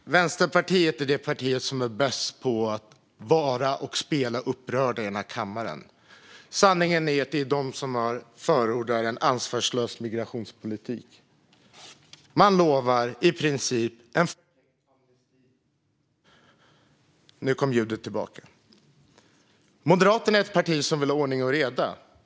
Fru talman! Vänsterpartiet är det parti som är bäst på att vara och spela upprörda i den här kammaren. Sanningen är att det är de som förordar en ansvarslös migrationspolitik. Man lovar i princip en förtäckt amnesti. Moderaterna är ett parti som vill ha ordning och reda.